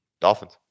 Dolphins